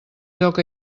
lloc